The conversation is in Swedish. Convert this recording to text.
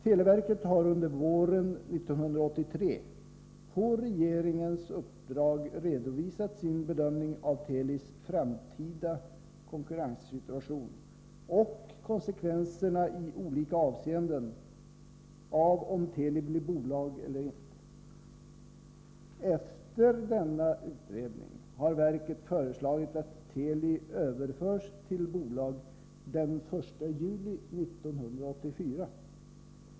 Televerket har under våren 1983 på regeringens uppdrag redovisat sin bedömning av Telis framtida konkurrenssituation och konsekvenserna i olika avseenden av om Teli blir bolag eller inte. Efter denna utredning har verket föreslagit att Teli överförs till bolag den 1 juli 1984.